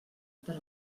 per